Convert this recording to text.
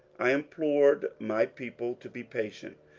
i implored my people to be patient,